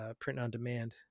print-on-demand